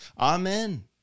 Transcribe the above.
Amen